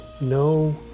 no